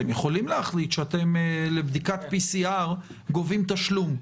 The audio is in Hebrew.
אתם יכולים להחליט שאתם לבדיקת PCR גובים תשלום.